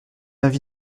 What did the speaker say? avis